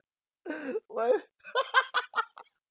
why